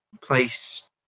place